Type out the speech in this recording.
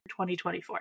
2024